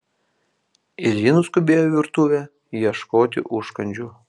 ir ji nuskubėjo į virtuvę ieškoti užkandžių